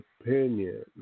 opinion